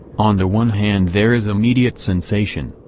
on the one hand there is immediate sensation,